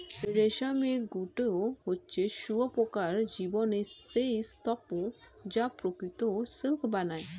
রেশমের গুটি হচ্ছে শুঁয়োপোকার জীবনের সেই স্তুপ যা প্রকৃত সিল্ক বানায়